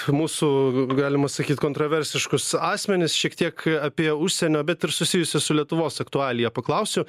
mūsų galima sakyt kontraversiškus asmenis šiek tiek apie užsienio bet ir susijusius su lietuvos aktualija paklausiu